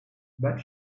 but